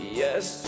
yes